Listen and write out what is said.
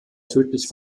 tödlich